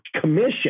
commission